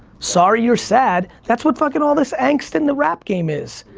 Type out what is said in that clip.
sorry you're sad, that's what fucking all this angst in the rap game is.